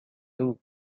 two